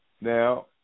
Now